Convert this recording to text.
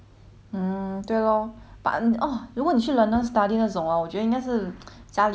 but orh 如果你去 london study 那种 hor 我觉得应该是家里有 quite rich 的那种 lah